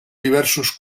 diversos